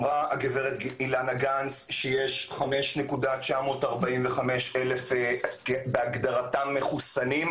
אמרה הגב' אילנה גנס שיש 5,945,000 בהגדרתם מחוסנים,